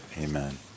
amen